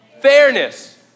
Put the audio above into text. Fairness